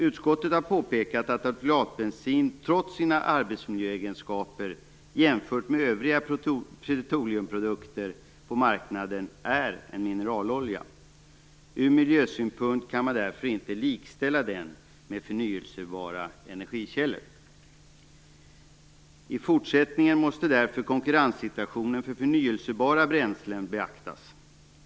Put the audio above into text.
Utskottet har påpekat att alkylatbensin, trots sina bättre arbetsmiljöegenskaper jämfört med andra petroleumprodukter på marknaden, är en mineralolja. Ur miljösynpunkt kan man därför inte likställa den med förnyelsebara energikällor. I fortsättningen måste därför konkurrenssituationen för förnyelsebara bränslen beaktas.